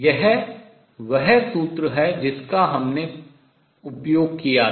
यह वह सूत्र है जिसका हमने उपयोग किया था